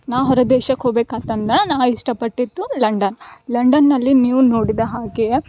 ನಾ ಹೊರ ದೇಶಕ್ಕೆ ಹೋಗ್ಬೇಕು ಅಂತನ್ನ ನಾ ಇಷ್ಟ ಪಟ್ಟಿದ್ದು ಲಂಡನ್ ಲಂಡನ್ನಲ್ಲಿ ನೀವು ನೋಡಿದ ಹಾಗೆ